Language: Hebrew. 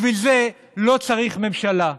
בשביל זה לא צריך ממשלה.